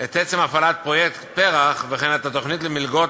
את עצם הפעלת פרויקט פר"ח, וכן את התוכנית למלגות